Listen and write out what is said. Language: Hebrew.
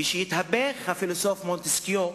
ושיתהפך הפילוסוף מונטסקיה,